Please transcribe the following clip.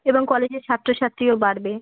এবং কলেজে ছাত্র ছাত্রীও বাড়বে